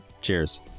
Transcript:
Cheers